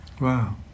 wow